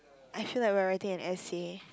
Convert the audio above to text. I feel like we are writing an essay